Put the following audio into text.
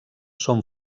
són